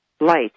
light